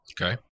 Okay